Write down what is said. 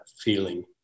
feeling